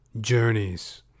journeys